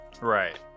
Right